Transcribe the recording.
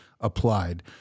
applied